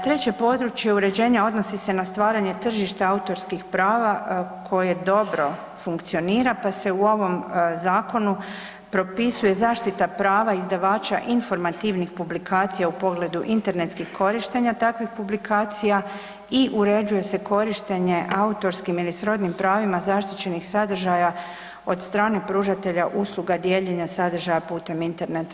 Treće područje uređenja odnosi se na stvaranje tržišta autorskih prava koje dobro funkcionira, pa se u ovom zakonu propisuje zaštita prava izdavača informativnih publikacija u pogledu internetskih korištenja takvih publikacija i uređuje se korištenje autorskim ili srodnim pravima zaštićenih sadržaja od strane pružatelja usluga dijeljenja sadržaja putem interneta.